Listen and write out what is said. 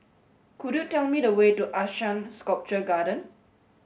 could you tell me the way to ASEAN Sculpture Garden